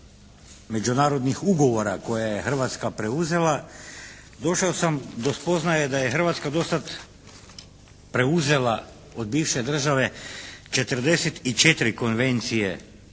međunarodnih ugovora koje je Hrvatska preuzela došao sam do spoznaje da je Hrvatska do sad preuzela od bivše države 44 konvencije